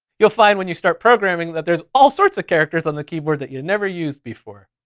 you'll find when you start programming that there's all sorts of characters on the keyboard that you've never used before.